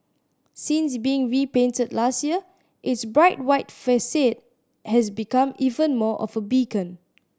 since being repainted last year its bright white facade has become even more of a beacon